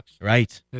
Right